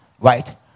right